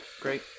great